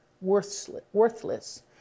worthless